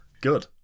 Good